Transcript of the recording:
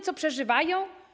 Co przeżywają?